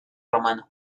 romano